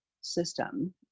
system